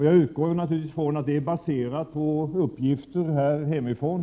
Jag utgår naturligtvis ifrån att det är baserat på uppgifter här hemifrån.